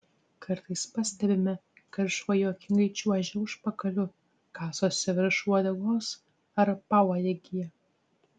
kartais pastebime kad šuo juokingai čiuožia užpakaliu kasosi virš uodegos ar pauodegyje